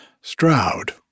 Stroud